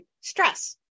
stress